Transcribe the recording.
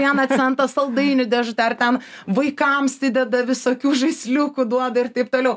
vieno cento saldainių dėžute ar ten vaikams įdeda visokių žaisliukų duoda ir taip toliau